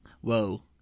Whoa